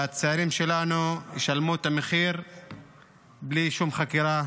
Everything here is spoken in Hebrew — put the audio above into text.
והצעירים שלנו ישלמו את המחיר בלי שום חקירה